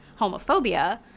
homophobia